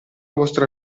vostra